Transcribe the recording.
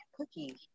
Cookie